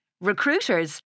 Recruiters